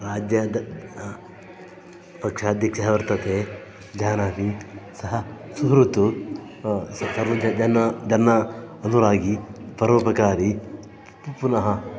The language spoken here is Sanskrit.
राज्यात् पक्षाध्यक्षः वर्तते जानामि सः सुहृतु स सर्व ज जन जन अनुरागि परोपकारि प् प् पुनः